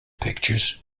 pictures